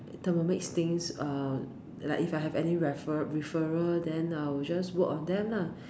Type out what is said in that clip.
Thermomix things uh like if I have any refer~ referral then I will just work on them lah